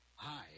Hi